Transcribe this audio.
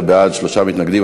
17 בעד, שלושה מתנגדים.